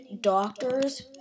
Doctors